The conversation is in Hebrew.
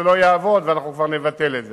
וזה לא יעבוד ואנחנו כבר נבטל את זה.